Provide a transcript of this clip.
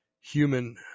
human